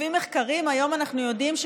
לפי מחקרים היום אנחנו יודעים שהוא